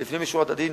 לפנים משורת הדין,